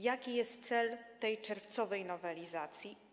Jaki jest cel tej czerwcowej nowelizacji?